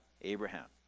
Abraham